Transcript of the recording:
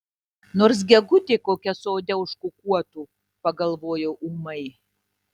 nors gegutė kokia sode užkukuotų pagalvojau ūmai